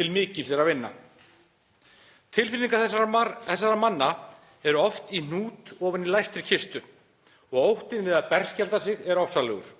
Til mikils er að vinna. Tilfinningar þessara manna eru oft í hnút ofan í læstri kistu og óttinn við að berskjalda sig er ofsalegur,